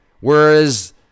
Whereas